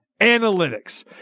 analytics